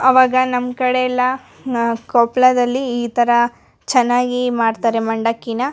ಆವಾಗ ನಮ್ಕಡೆ ಎಲ್ಲ ನಾ ಕೊಪ್ಪಳದಲ್ಲಿ ಈ ಥ ಚೆನ್ನಾಗಿ ಮಾಡ್ತಾರೆ ಮಂಡಕ್ಕಿನ